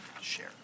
share